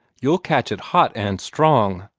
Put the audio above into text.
you'll catch it hot and strong.